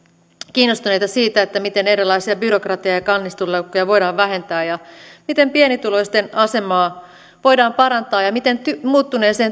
kiinnostuneita siitä miten erilaisia byrokratia ja kannustinloukkuja voidaan vähentää ja miten pienituloisten asemaa voidaan parantaa ja miten muuttuneeseen